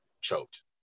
Choked